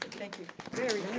thank you.